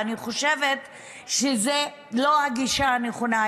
אני חושבת שזאת לא הגישה הנכונה.